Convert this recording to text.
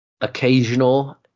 occasional